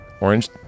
Orange